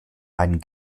einen